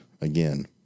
again